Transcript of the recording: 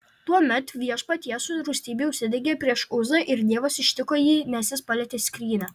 tuomet viešpaties rūstybė užsidegė prieš uzą ir dievas ištiko jį nes jis palietė skrynią